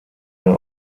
mehr